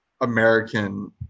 American